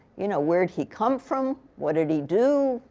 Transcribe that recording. you know where did he come from? what did he do?